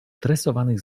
tresowanych